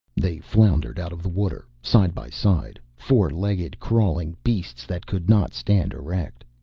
they floundered out of the water, side by side, four-legged crawling beasts that could not stand erect.